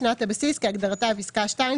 "שנת הבסיס" כהגדרתה בפסקה (2),